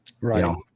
right